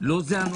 זה לא הנושא.